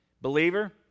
Believer